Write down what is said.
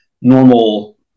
normal